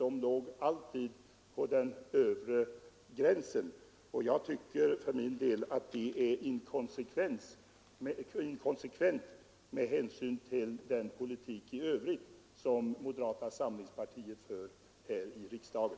Man låg alltid på den övre gränsen. Jag tycker för min del att det är inkonsekvent med hänsyn till den politik i övrigt som moderata samlingspartiet för här i riksdagen.